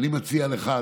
אני מציע לך,